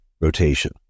rotation